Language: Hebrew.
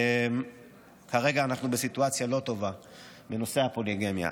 כרגע אנחנו בסיטואציה לא טובה בנושא הפוליגמיה.